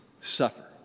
suffer